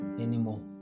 Anymore